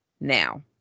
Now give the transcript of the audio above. Now